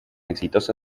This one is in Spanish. exitosa